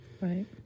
Right